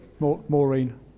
Maureen